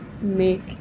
make